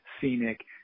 scenic